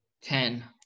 Ten